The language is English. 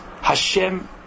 Hashem